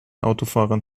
autofahrern